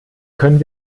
können